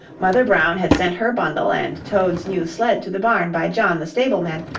mother brown had sent her bundle and toad's new sled to the barn by john, the stableman,